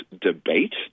debate